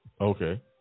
Okay